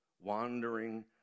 wandering